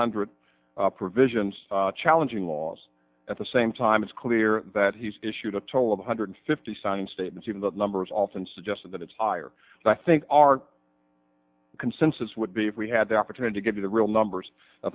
hundred provisions challenging laws at the same time it's clear that he's issued a total of one hundred fifty signing statements in the numbers often suggested that it's higher i think our consensus would be if we had the opportunity to give you the real numbers i